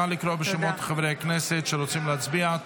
נא לקרוא בשמות חברי הכנסת שרוצים להצביע,